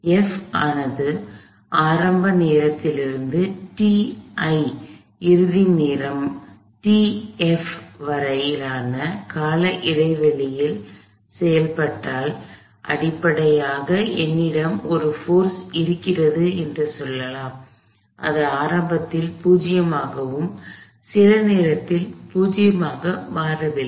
F ஆனது ஆரம்ப நேரத்திலிருந்து ti இறுதி நேரம் tf வரையிலான கால இடைவெளியில் செயல்பட்டால் அடிப்படையாக என்னிடம் ஒரு போர்ஸ் இருக்கிறது என்று சொல்லலாம் அது ஆரம்பத்தில் 0 ஆகவும் சில நேரத்தில் பூஜ்ஜியமாக மாறவில்லை